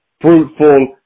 fruitful